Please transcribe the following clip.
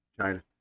China